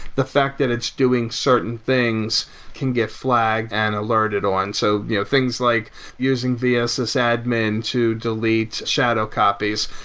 the fact that it's doing certain things can get flagged and alerted on. so yeah things like using ah so vssadmin to delete shadow copies.